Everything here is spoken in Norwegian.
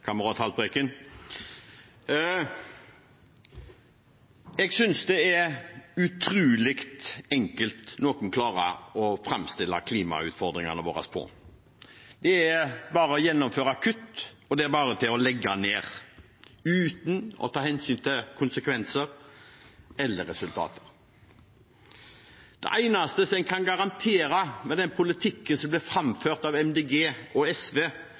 Haltbrekken. Jeg synes noen klarer å framstille klimautfordringene våre utrolig enkelt. Det er bare å gjennomføre kutt, og det er bare å legge ned – uten å ta hensyn til konsekvenser eller resultater. Det eneste en kan garantere med den politikken som blir framført av Miljøpartiet De Grønne og SV,